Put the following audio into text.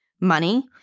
money